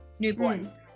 newborns